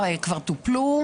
כבר טופלו.